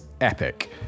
epic